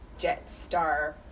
Jetstar